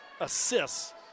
assists